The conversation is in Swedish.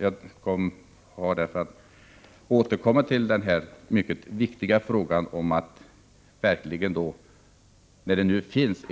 Jag har emellertid rätt att återkomma till denna mycket viktiga fråga om att, när det nu finns